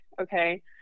Okay